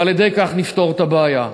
ועל-ידי כך נפתור את הבעיה.